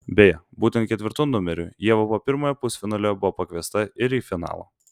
beje būtent ketvirtu numeriu ieva po pirmojo pusfinalio buvo pakviesta ir į finalą